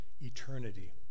eternity